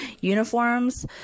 uniforms